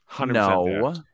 No